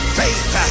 faith